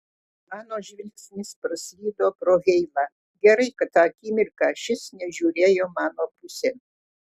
mano žvilgsnis praslydo pro heilą gerai kad tą akimirką šis nežiūrėjo mano pusėn